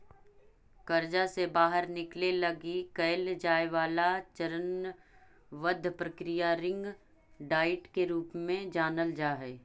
कर्जा से बाहर निकले लगी कैल जाए वाला चरणबद्ध प्रक्रिया रिंग डाइट के रूप में जानल जा हई